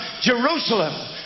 Jerusalem